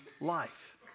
life